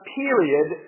period